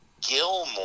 Gilmore